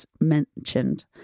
mentioned